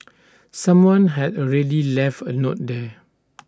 someone had already left A note there